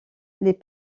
les